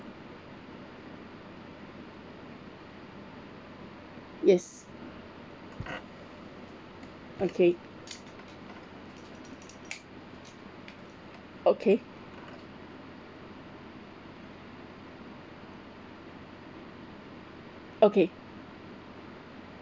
yes okay okay okay